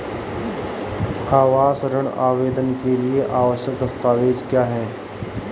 आवास ऋण आवेदन के लिए आवश्यक दस्तावेज़ क्या हैं?